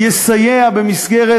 ויסייע במסגרת,